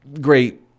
great